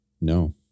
no